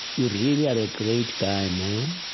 you really are a great guy, man.